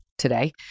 today